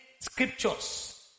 scriptures